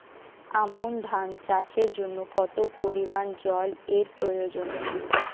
আমন ধান চাষের জন্য কত পরিমান জল এর প্রয়োজন?